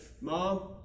Mom